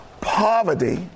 poverty